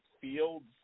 Fields